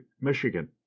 Michigan